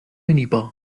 minibar